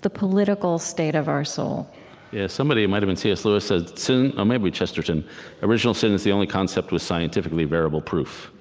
the political state of our soul yes, somebody it might have been c s. lewis said, sin or maybe chesterton original sin is the only concept with scientifically variable proof.